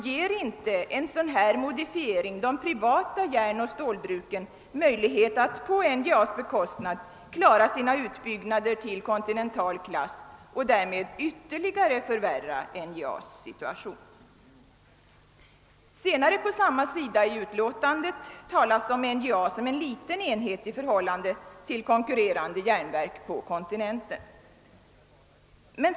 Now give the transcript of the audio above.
Ger inte en sådan modifiering de privata järnoch stålbruken möjlighet att på NJA:s bekostnad klara sina utbyggnader upp till kontinental klass och bidrar den inte därmed till att ytterligare förvärra NJA:s situation? Längre fram på samma sida i utlåtandet beskrivs NJA som en liten enhet i förhållande till konkurrerande järnverk på kontinenten.